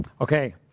Okay